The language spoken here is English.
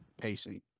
pacing